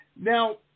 Now